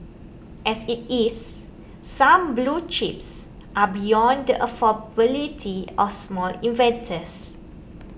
as it is some blue chips are beyond the affordability of small investors